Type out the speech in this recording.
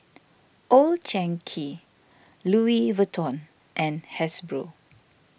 Old Chang Kee Louis Vuitton and Hasbro